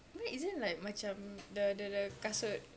wait isn't like macam the the the kasut